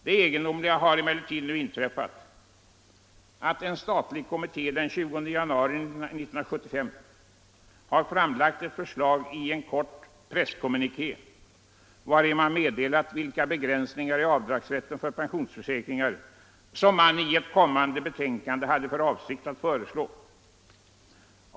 Det egendomliga har emellertid nu inträffat att en statlig kommitté den 20 januari 1975 framlade ett förslag i en kort presskommuniké, vari man meddelat vilka begränsningar i rätten till avdrag för pensionsförsäkringar som man i ett kommande betänkande ämnade föreslå.